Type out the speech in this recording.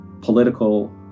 political